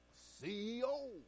CEO